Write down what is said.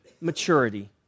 maturity